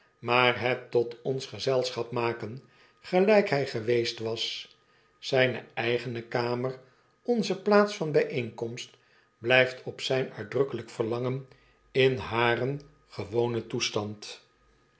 maar het tot ons gezelschap maken gelijk by geweest was zjjne eigene kamer onze plaats van byeenkomst blyft op zyn uitdrukkelijk verlangen in haren gewonen toestand